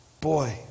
boy